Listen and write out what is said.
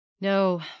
no